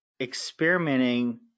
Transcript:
experimenting